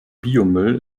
biomüll